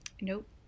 Nope